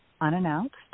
unannounced